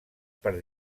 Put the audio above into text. per